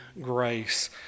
grace